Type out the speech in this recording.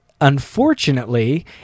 unfortunately